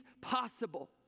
possible